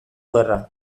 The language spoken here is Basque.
gerra